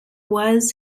was